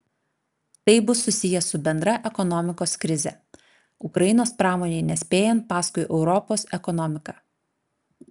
tai bus susiję su bendra ekonomikos krize ukrainos pramonei nespėjant paskui europos ekonomiką